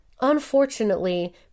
unfortunately